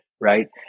right